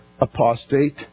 apostate